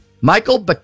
Michael